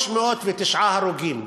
309 הרוגים,